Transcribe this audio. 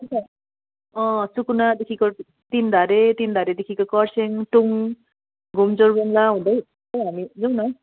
अँ सुकुनादेखिको तिनधारे तिनधारेदेखिको खरसाङ टुङ घुम जोरबङ्ला हुँदै हामी जाउँ न